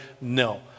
No